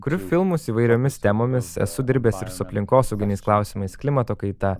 kuriu filmus įvairiomis temomis esu dirbęs ir su aplinkosauginiais klausimais klimato kaita